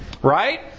Right